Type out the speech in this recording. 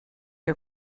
are